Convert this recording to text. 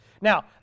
Now